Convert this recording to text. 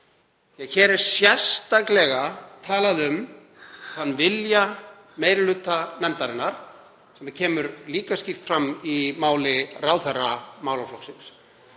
hér er sérstaklega talað um þann vilja meiri hluta nefndarinnar, sem kemur líka skýrt fram í máli ráðherra málaflokksins,